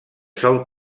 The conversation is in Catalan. sol